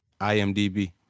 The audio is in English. IMDb